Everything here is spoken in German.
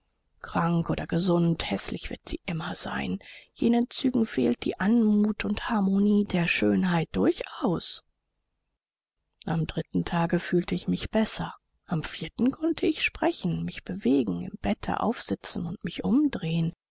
krank oder gesund häßlich wird sie immer sein jenen zügen fehlt die anmut und harmonie der schönheit durchaus am dritten tage fühlte ich mich besser am vierten konnte ich sprechen mich bewegen im bette aufsitzen und mich umdrehen